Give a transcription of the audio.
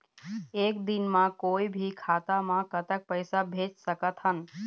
एक दिन म कोई भी खाता मा कतक पैसा भेज सकत हन?